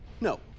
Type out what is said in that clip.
No